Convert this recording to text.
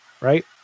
right